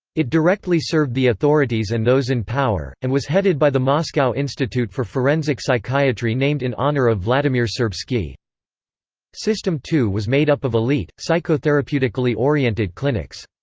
it directly served the authorities and those in power, and was headed by the moscow institute for forensic psychiatry named in honour of vladimir serbsky system two was made up of elite, psychotherapeutically oriented clinics.